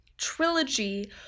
trilogy